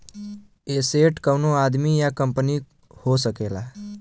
asset कउनो आदमी या कंपनी हो सकला